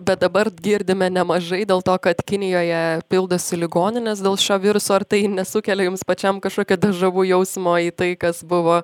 bet dabar girdime nemažai dėl to kad kinijoje pildosi ligoninės dėl šio viruso ar tai nesukelia jums pačiam kažkokio dežavu jausmo į tai kas buvo